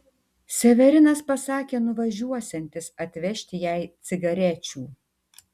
severinas pasakė nuvažiuosiantis atvežti jai cigarečių